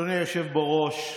אדוני היושב בראש,